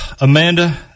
amanda